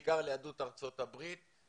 בעיקר ליהדות ארצות הברית,